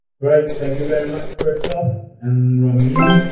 right. thank you very much. christoph and ramine